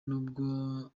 n’ubwo